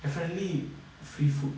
definitely free food